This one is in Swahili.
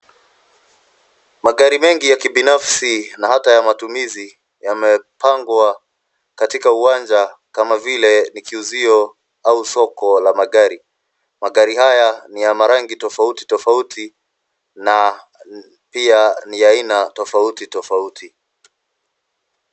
Magari mengi ya kibinafsi na hata ya matumizi yamepangwa katika uwanja kama vile ni kiuzio au soko la magari. Magari haya ni ya marangi tofauti tofauti na pia ni ya aina tofauti tofauti.